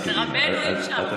את רבנו אי-אפשר.